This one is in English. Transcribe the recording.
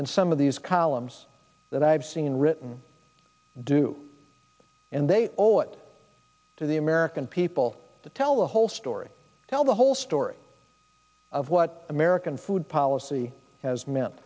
and some of these columns that i have seen written do and they owe it to the american people to tell the whole story tell the whole story of what american food policy has meant